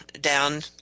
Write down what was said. down